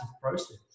process